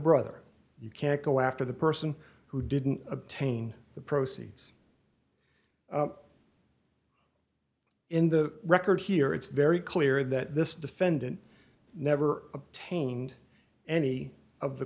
brother you can't go after the person who didn't obtain the proceeds in the record here it's very clear that this defendant never obtained any of the